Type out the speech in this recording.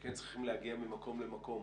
שכן צריכים להגיע ממקום למקום